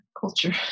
culture